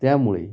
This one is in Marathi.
त्यामुळे